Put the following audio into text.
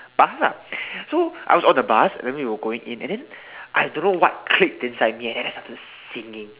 bus lah so I was on the bus and then we were going in and then I don't know what clicked inside me and then I started singing